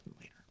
later